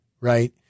right